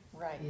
Right